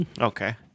Okay